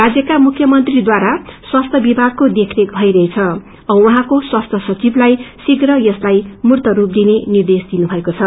राज्यमामुख्य मंत्रीद्वारा स्वास्यि विभागको देखरेख भइरहेछ औ उाहाँले स्वास्थ्य सचिवलाइ शीघ्र यसलाइ मूर्त रूप दिने निर्देश दिनुभएको छ